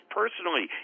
personally